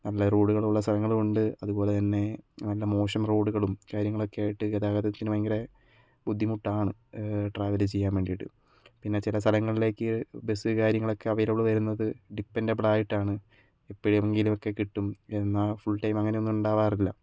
നല്ല റോഡുകൾ ഉള്ള സ്ഥലങ്ങളും ഉണ്ട് അതുപോലെ തന്നെ നല്ല മോശം റോഡുകളും കാര്യങ്ങളൊക്കെ ആയിട്ട് ഗതാഗതത്തിനു ഭയങ്കര ബുദ്ധിമുട്ടാണ് ട്രാവൽ ചെയ്യാൻ വേണ്ടിയിട്ട് പിന്നെ ചില സ്ഥലങ്ങളിലേയ്ക്ക് ബസ്സ് കാര്യങ്ങളൊക്കെ അവൈലബിൾ വരുന്നത് ഡിപെന്റബിൾ ആയിട്ടാണ് എപ്പോഴെങ്കിലും ഒക്കെ കിട്ടും എന്നാൽ ഫുൾ ടൈം അങ്ങനെയൊന്ന് ഉണ്ടാവാറില്ല